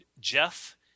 Jeff